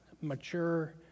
mature